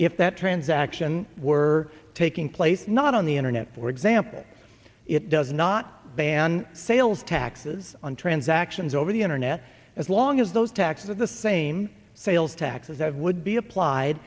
if that transaction were taking place not on the internet for example it does not ban sales taxes on transactions over the internet as long as those taxes are the same sales taxes of would be applied